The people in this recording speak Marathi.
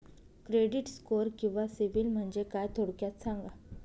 क्रेडिट स्कोअर किंवा सिबिल म्हणजे काय? थोडक्यात सांगा